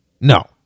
No